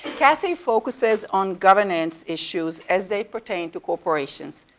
casi focuses on governance issues as they pertain to corporations.